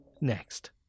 Next